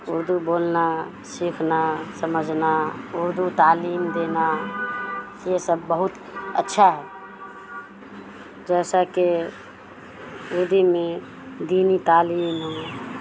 اردو بولنا سیکھنا سمجھنا اردو تعلیم دینا یہ سب بہت اچھا ہے جیسا کہ اردو میں دینی تعلیم ہے